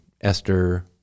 Esther